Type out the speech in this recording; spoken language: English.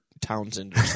Townsend